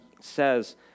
says